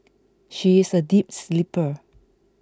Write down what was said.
she is a deep sleeper